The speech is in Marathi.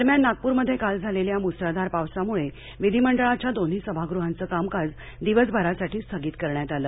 दरम्यान नागप्रमध्ये काल झालेल्या मुसळधार पावसाम्ळे विधिमंडळाच्या दोन्ही सभागृहांचं कामकाज दिवसभरासाठी स्थगित करण्यात आलं